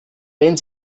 wenn